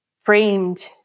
framed